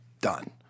done